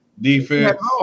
defense